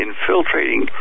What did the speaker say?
infiltrating